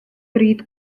bryd